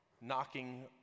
knocking